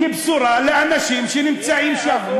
בשורה לאנשים שנמצאים שם,